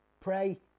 pray